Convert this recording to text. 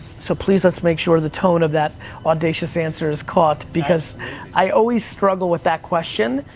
so please, let's make sure the tone of that audacious answer is caught, because i always struggle with that question.